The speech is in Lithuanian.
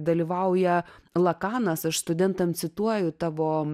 dalyvauja lakanas aš studentam cituoju tavo